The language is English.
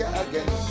again